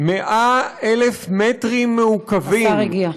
100,000 מטרים מעוקבים, השר הגיע.